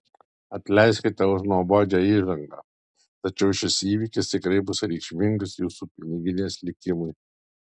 atleiskite už nuobodžią įžangą tačiau šis įvykis tikrai bus reikšmingas jūsų piniginės likimui